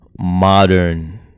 modern